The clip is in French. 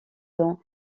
dans